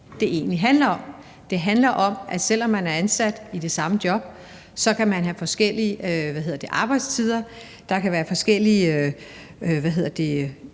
Det handler om, at selv om man er ansat i det samme job, kan man have forskellige arbejdstider; der kan være forskellige